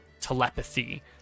telepathy